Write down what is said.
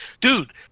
dude